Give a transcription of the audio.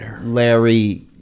Larry